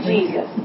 Jesus